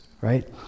right